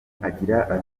agira